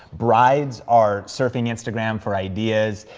brides are surfing instagram for ideas,